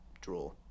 Draw